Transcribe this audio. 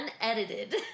unedited